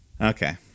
Okay